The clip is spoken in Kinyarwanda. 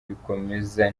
bikomeza